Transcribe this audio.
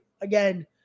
again